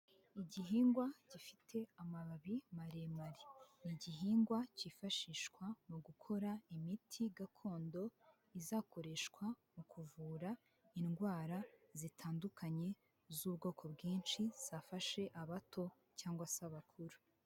Igihingwa gifite amababi maremare ni igihingwa kifashishwa mukora imiti gakondo izakoreshwa mu kuvura indwara zitandukanye z'ubwoko bwinshi zafashe abato cyangwa se abakuru.